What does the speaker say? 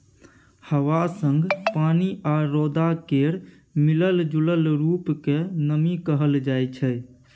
हबा संग पानि आ रौद केर मिलल जूलल रुप केँ नमी कहल जाइ छै